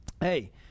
hey